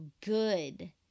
good